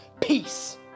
peace